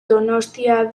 donostian